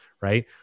right